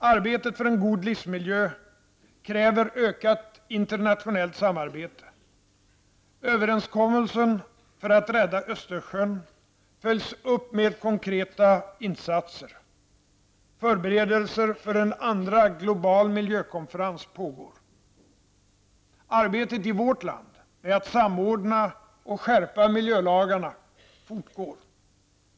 Arbetet för en god livsmiljö kräver ökat internationellt samarbete. Överenskommelsen för att rädda Östersjön följs upp med konkreta insatser. Förberedelser för en andra global miljökonferens pågår. Arbetet i vårt land med att samordna och skärpa miljölagarna fortgår.